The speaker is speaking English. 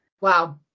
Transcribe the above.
Wow